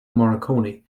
morricone